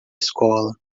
escola